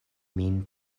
min